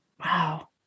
Wow